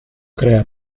crea